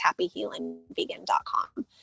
happyhealingvegan.com